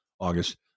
August